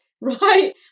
right